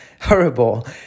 horrible